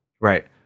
Right